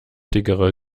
dickere